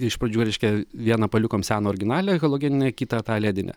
iš pradžių reiškia vieną palikom seną originalią halogeninę kitą tą ledinę